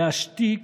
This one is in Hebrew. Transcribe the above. להשתיק,